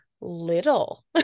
little